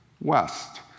west